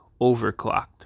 Overclocked